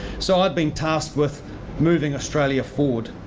so, i'd been tasked with moving australia forward.